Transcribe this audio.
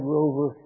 Rover